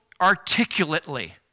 articulately